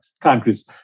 countries